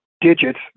digits